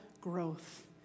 growth